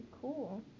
Cool